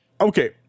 Okay